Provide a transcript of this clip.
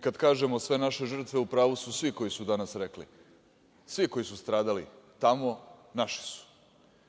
Kad kažemo sve naše žrtve u pravu su svi koji su danas rekli, svi koji su stradali tamo, naši su.